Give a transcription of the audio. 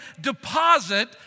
deposit